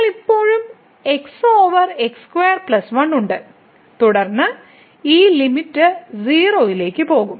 നിങ്ങൾക്ക് ഇപ്പോഴും x over x2 1 ഉണ്ട് തുടർന്ന് ഈ ലിമിറ്റ് 0 ലേക്ക് പോകും